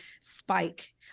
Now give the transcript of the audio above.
spike